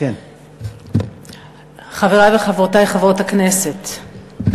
חברי וחברותי חברות הכנסת,